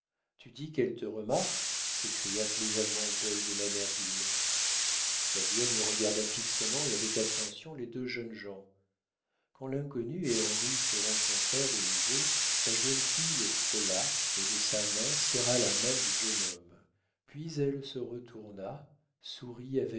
tu dis qu'elle te remarque s'écria plaisamment paul de manerville la duègne regarda fixement et avec attention les deux jeunes gens quand l'inconnue et henri se rencontrèrent de nouveau la jeune fille le frôla et de sa main serra la main du jeune homme puis elle se retourna sourit